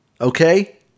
Okay